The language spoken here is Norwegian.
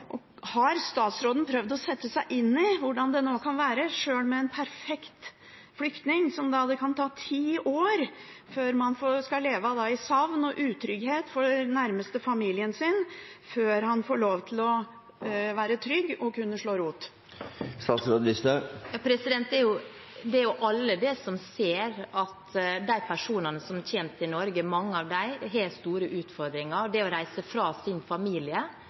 Har statsråden prøvd å sette seg inn i hvordan det kan være, selv for en perfekt flyktning, når det kan ta ti år å måtte leve i savn og utrygghet for den nærmeste familien sin før han får lov til å være trygg og kan slå rot? Alle ser jo at mange av de personene som kommer til Norge, har store utfordringer, og det å reise fra sin familie